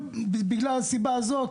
אז מהסיבה הזאת,